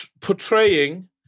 portraying